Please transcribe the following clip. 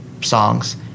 songs